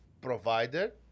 provider